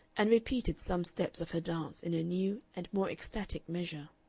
and repeated some steps of her dance in a new and more ecstatic measure.